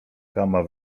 kama